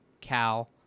cal